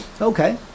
Okay